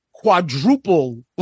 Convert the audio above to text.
quadruple